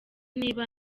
niba